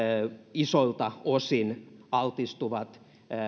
isolta osin altistuvat